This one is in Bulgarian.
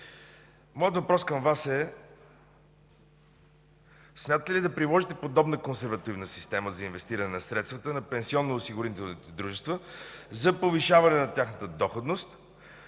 Моят въпрос към Вас е: смятате ли да приложите подобна консервативна система за инвестиране на средствата на пенсионно осигурителните дружества за повишаване тяхната доходност,